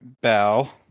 bow